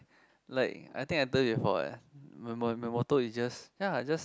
like I think I told you before what my my motto is just ya just